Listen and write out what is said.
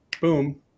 Boom